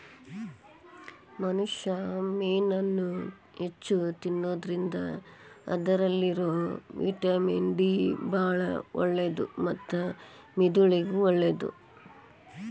ಮನುಷ್ಯಾ ಮೇನನ್ನ ಹೆಚ್ಚ್ ತಿನ್ನೋದ್ರಿಂದ ಅದ್ರಲ್ಲಿರೋ ವಿಟಮಿನ್ ಡಿ ಬಾಳ ಒಳ್ಳೇದು ಮತ್ತ ಮೆದುಳಿಗೂ ಒಳ್ಳೇದು